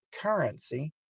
currency